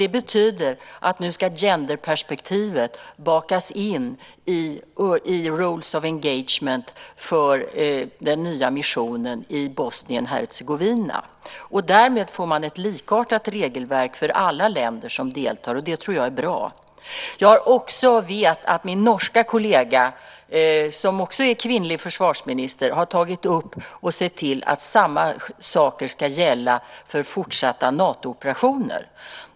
Det betyder att genderperspektivet nu ska bakas in i rules of engagement för den nya missionen i Bosnien och Hercegovina. Därmed får alla länder som deltar ett likartat regelverk, och det tror jag är bra. Jag vet också att min norska kollega, som också är kvinnlig försvarsminister, har sett till att samma regler ska gälla för fortsatta Natooperationer.